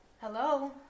Hello